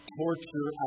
torture